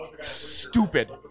stupid